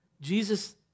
Jesus